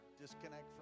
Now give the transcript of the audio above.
disconnect